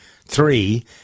three